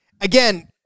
again